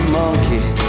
monkey